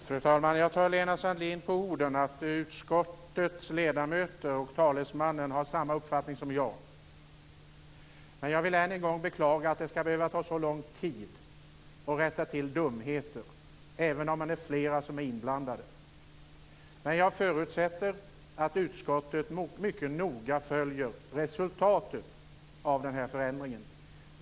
Fru talman! Jag tar Lena Sandlin på orden, att utskottets ledamöter och talesman har samma uppfattning som jag. Jag vill än en gång beklaga att det skall behöva ta så lång tid att rätta till dumheter, även om det är flera som är inblandade. Men jag förutsätter att utskottet mycket noga följer resultatet av denna förändring.